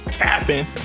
capping